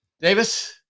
Davis